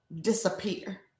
disappear